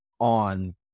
on